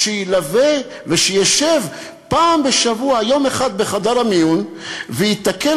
שילווה ושישב פעם בשבוע יום אחד בחדר המיון וייתקל